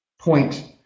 point